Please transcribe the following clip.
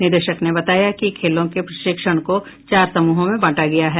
निदेशक ने बताया कि खेलों के प्रशिक्षण को चार समूहों में बांटा गया है